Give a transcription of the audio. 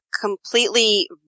completely